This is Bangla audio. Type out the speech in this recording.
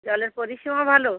জলের পরিষেবা ভালো